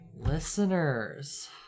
Listeners